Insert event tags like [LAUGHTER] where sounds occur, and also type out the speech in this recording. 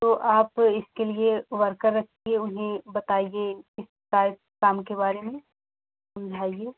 तो आप इसके लिए वर्कर रखिए उन्हें बताइए इस [UNINTELLIGIBLE] काम के बारे में समझाइए